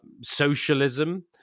socialism